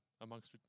amongst